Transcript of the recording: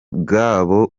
bwabo